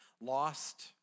lost